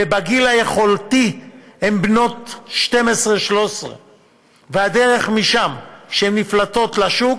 ובגיל היכולתי הן בנות 12 13. הדרך משם עד שהן נפלטות לשוק,